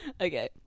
Okay